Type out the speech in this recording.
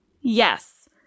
Yes